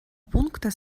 пункта